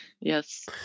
Yes